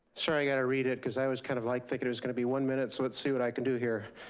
sorry, i gotta read it, cause i was kind of like thinking it was gonna be one minute, so let's see what i can do here.